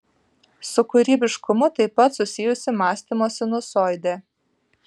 su kūrybiškumu taip pat susijusi mąstymo sinusoidė